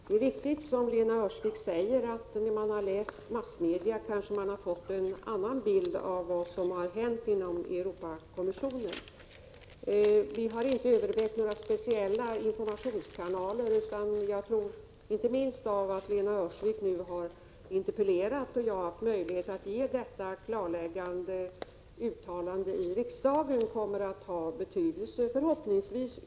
Herr talman! Det är riktigt som Lena Öhrsvik säger att man, när man läst massmedia, kanske fått en annan bild av vad som händer inom Europakommissionen. Vi har inte övervägt några speciella informationskanaler. Jag tror att inte minst detta att Lena Öhrsvik har interpellerat i denna fråga och jag har fått möjlighet att göra detta klarläggande uttalande i riksdagen kommer att ha betydelse ur informationssynpunkt.